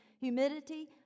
humidity